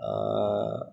অঁ